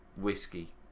whiskey